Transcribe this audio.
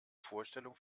vorstellung